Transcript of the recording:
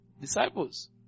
Disciples